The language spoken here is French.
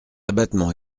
abattement